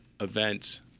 events